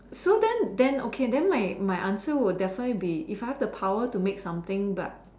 so then then okay then my my answer would definitely be if I have the power to make something but